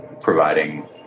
providing